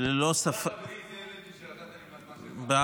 שללא ספק, תודה, זאב,